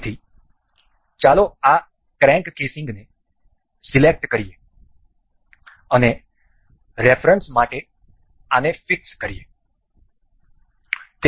તેથી ચાલો આ ક્રેન્ક કેસિંગને સિલેક્ટ કરીએ અને રેફરન્સ માટે આને ફિક્સ કરીએ